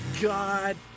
God